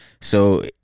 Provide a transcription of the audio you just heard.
So-